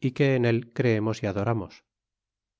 y que en él creernos y adoramos